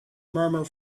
murmur